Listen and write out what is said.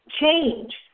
change